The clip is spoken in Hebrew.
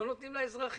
בזמן שלא נותנים לאזרחים.